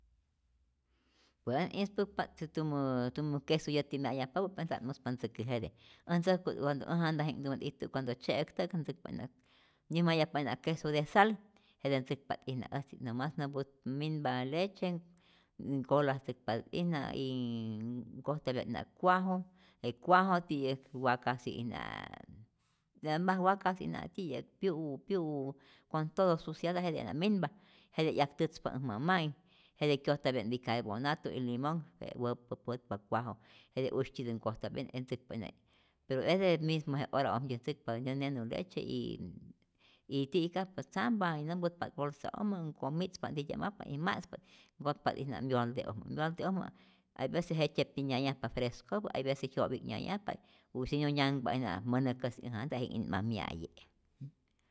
Pue ät ispäkpa't ij tumä tumä kesu yäti mya'yajpapä, pe nta't muspa ntzäkä jete, äj ntzäjku't cuando äj janta'ji'nhtumä ijtu'äk cuando tzye'äktä'kä't ntzäjkpa't'ijna nyäjmayajpa'ijna keso de sal, jete ntzäkpa't'ijna äjtzi, nomas nämput minpa leche y nkolatzäkpatä't'ijna yyy nkojtapya't'ijna cuajo, je cuajo ti'yäk wakasi'ijn es mas wakasi'ija pyu'u, pyu'u con todo sucieda, jete'ijna minpa, jete 'yaktätzpa äj mama'i, jete kyojtyapya'i bicarbonato y limón, pee wap'pä putpa cuajo, jete usytyitä nkojtapya'ijna y ntzäkpa'ijna, pe jete mismo je ora'ojmtyä't ntzäkpa, nä nenu leche y y ti'kajpa tzampa, nämputpa't bolsa'ojmä, nkomi'tzpa't ntitya'majpa't y ma'tzpa't, nkotpa't'ijna myolde'ojmä, myolde'ojma hay vece jejtzyeptyi nyayajpa frescopä, hay vece jyo'pi'k nyayajpa u si no nyanhpa'ijna mänäkäsi äj janta'i jinhä'i ma mya'ye'.